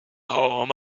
home